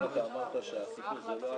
על מה באתם להצביע?